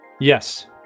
yes